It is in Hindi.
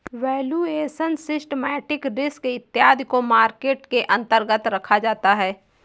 वैल्यूएशन, सिस्टमैटिक रिस्क इत्यादि को मार्केट के अंतर्गत रखा जाता है